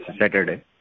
Saturday